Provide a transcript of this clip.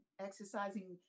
exercising